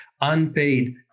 unpaid